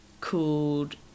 called